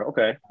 Okay